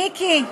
מיקי,